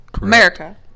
America